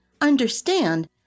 understand